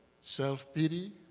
self-pity